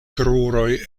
kruroj